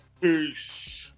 Peace